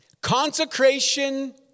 Consecration